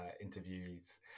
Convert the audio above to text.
interviews